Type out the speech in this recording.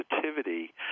sensitivity